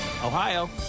Ohio